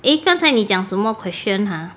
eh 刚才你讲什么 question ha